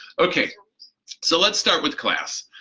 okay so let's start with class.